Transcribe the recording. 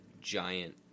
giant